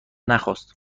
نخواست